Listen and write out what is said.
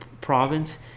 province